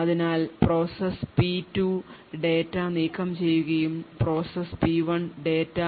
അതിനാൽ process P 2 data നീക്കംചെയ്യുകയും process P 1 data